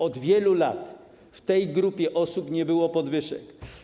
Od wielu lat w tej grupie osób nie było podwyżek.